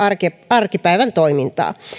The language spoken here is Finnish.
arkipäivän toimintaa